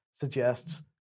suggests